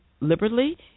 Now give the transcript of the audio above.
liberally